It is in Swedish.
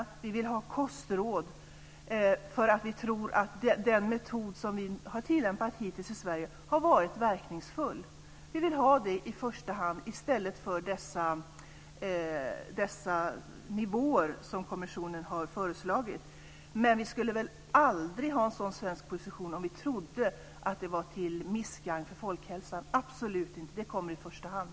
Vi vill ha kostråd eftersom vi tror att den metod som har tillämpats hittills i Sverige har varit verkningsfull. Vi vill i första hand ha det i stället för de nivåer som kommissionen har föreslagit. Men vi skulle aldrig inta en sådan svensk position om vi trodde att det skulle vara till missgagn för folkhälsan - absolut inte. Den kommer i första hand.